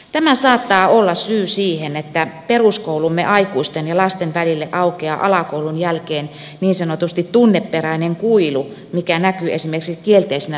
tämä saattaa olla syy siihen että peruskoulumme aikuisten ja lasten välille aukeaa alakoulun jälkeen niin sanotusti tunneperäinen kuilu mikä näkyy esimerkiksi kielteisenä suhtautumisena opettajaan